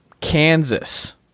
Kansas